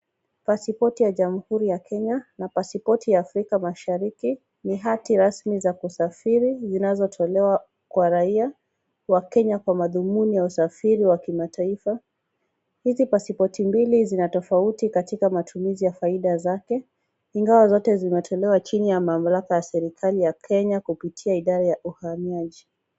Pasipoti ya jamhuri ya Kenya na pasipoti ya Afrika mashariki ni hati rasmi za kusafiri zinazotolewa kwa raia wa Kenya kwa madhumuni ya usafiri wa kimataifa. Hizi pasipoti mbili zina tofauti katika matumizi ya faida zake ingawa zote zinatolewa chini ya mamlaka ya serikali ya Kenya kupitia idara ya uhamiaji.